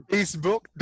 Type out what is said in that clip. Facebook